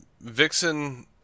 Vixen